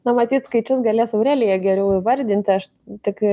nu matyt skaičius galės aurelija geriau įvardint aš tik